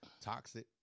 toxic